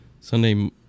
Sunday